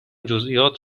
جزییات